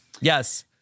Yes